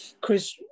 Chris